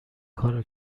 کارو